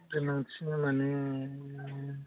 दा नोंसोरनो माने